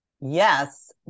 Yes